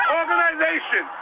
organization